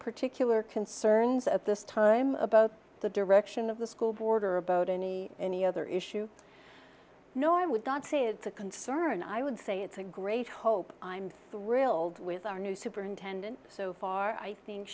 particular concerns at this time about the direction of the school board or about any any other issue no i would not say it's a concern i would say it's a great hope i'm thrilled with our new superintendent so far i think